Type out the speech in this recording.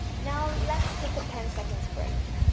now let's take a ten seconds break